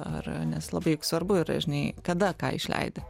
ar nes labai svarbu yra žinai kada ką išleidi